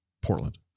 Portland